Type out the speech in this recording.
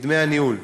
מדמי הניהול.